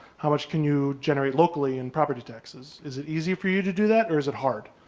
how much can you generate locally in property taxes? is it easy for you to do that? or is it hard?